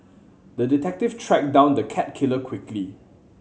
the detective tracked down the cat killer quickly